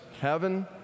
heaven